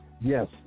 Yes